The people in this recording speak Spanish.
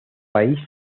país